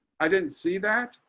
i didn't see that